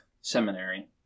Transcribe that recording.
seminary